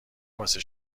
واسه